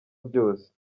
byose